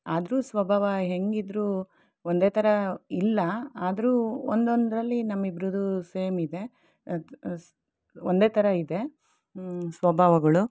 ಆದರೂ ಸ್ವಭಾವ ಹೇಗೆ ಇದ್ದರೂ ಒಂದೇ ಥರ ಇಲ್ಲ ಆದರೂ ಒಂದೊಂದರಲ್ಲಿ ನಮ್ಮಿಬ್ರದ್ದು ಸೇಮ್ ಇದೆ ಒಂದೇ ಥರ ಇದೆ ಸ್ವಭಾವಗಳು